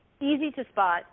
easy-to-spot